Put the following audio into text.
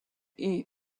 est